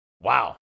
Wow